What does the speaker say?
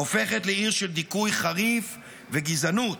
הופכת לעיר של דיכוי חריף וגזענות.